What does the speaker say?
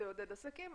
זה יעודד עסקים,